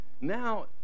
Now